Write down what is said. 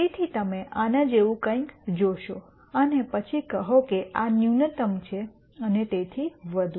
તેથી તમે આના જેવું કંઈક જોશો અને પછી કહો કે આ ન્યૂનતમ છે અને તેથી વધુ